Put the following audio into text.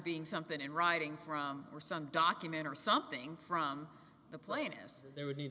being something in writing from some document or something from the plaintiffs there would need